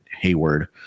Hayward